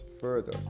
further